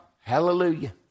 Hallelujah